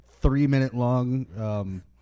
three-minute-long